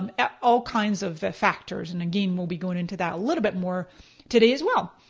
um all kinds of factors and again we'll be going into that a little bit more today as well.